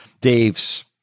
Dave's